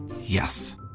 Yes